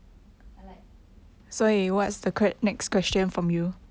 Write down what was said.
I like